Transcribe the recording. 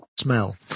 smell